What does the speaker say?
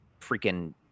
freaking